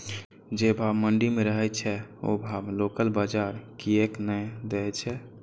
जे भाव मंडी में रहे छै ओ भाव लोकल बजार कीयेक ने दै छै?